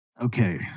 okay